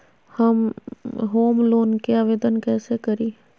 Home loan के आवेदन कैसे करि?